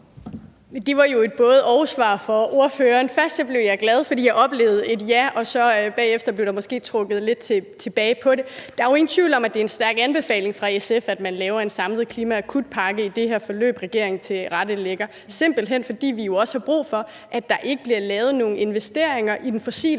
Det var jo et både-og-svar fra ordføreren. Først blev jeg glad, fordi jeg oplevede et ja – og bagefter blev der så måske trukket lidt tilbage på det. Der er jo ingen tvivl om, at det er en stærk anbefaling fra SF, at man laver en samlet klimaakutpakke i det her forløb, som regeringen tilrettelægger, simpelt hen fordi vi jo også har brug for, at der ikke bliver lavet nogen investeringer i den fossile